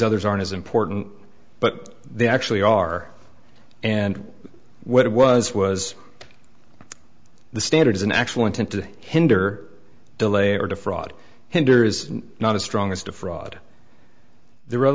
others aren't as important but they actually are and what it was was the standard is an actual intent to hinder delay or to fraud hinder is not as strong as to fraud the